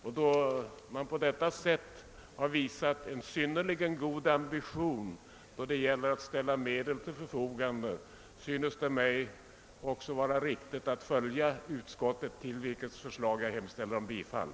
Då man på detta sätt har visat en synnerligen god ambition att ställa medel till förfogande synes det mig också vara riktigt att följa utskottet, till vars förslag jag hemställer om bifall.